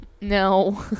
no